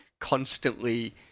constantly